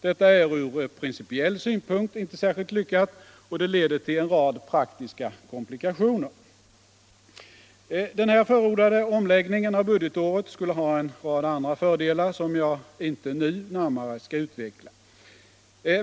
Detta är ur principiell synpunkt inte särskilt lyckat, och det leder till en rad praktiska komplikationer. Den nu förordade omläggningen av budgetåret skulle ha en rad andra fördelar, som jag inte närmare skall utveckla här.